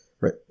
right